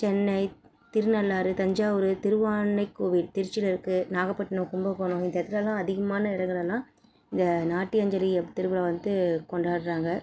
சென்னை திருநள்ளாறு தஞ்சாவூர் திருவான்னை கோவில் திருச்சியில் இருக்குது நாகப்பட்டினம் கும்பகோணம் இந்த இடத்துலலாம் அதிகமான இடங்கள் எல்லாம் இந்த நாட்டியாஞ்சலி திருவிழாவை வந்து கொண்டாடுறாங்க